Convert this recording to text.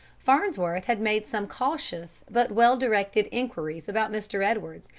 farnsworth had made some cautious but well-directed inquiries about mr. edwards,